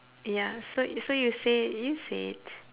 ya so so you say you say it